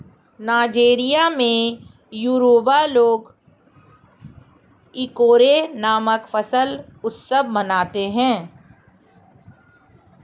Nigeria में Yoruba लोग Ikore नामक फसल उत्सव मनाते हैं